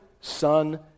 Son